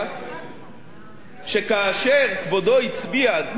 שכאשר כבודו הצביע נגד הגדלת הגירעון,